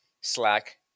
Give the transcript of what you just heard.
Slack